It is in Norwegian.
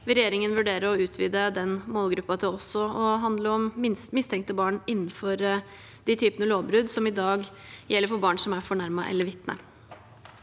regjeringen vurdere å utvide den målgruppen til også å handle om mistenkte barn innenfor de typene lovbrudd som i dag gjelder for barn som er fornærmet eller vitne.